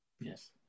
Yes